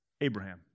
Abraham